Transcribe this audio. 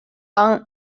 han